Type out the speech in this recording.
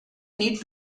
need